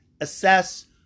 assess